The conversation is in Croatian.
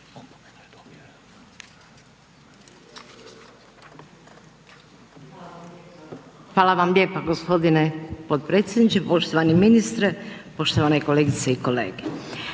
Hvala vam lijepa g. potpredsjedniče, poštovani ministre, poštovane kolegice i kolege.